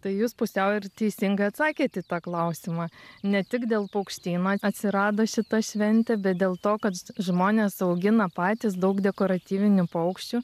tai jūs pusiau ir teisingai atsakėt į tą klausimą ne tik dėl paukštyno atsirado šita šventė bet dėl to kad žmonės augina patys daug dekoratyvinių paukščių